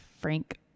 frank